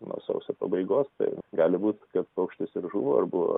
nuo sausio pabaigos tai gali būt kad paukštis ir žuvo ir buvo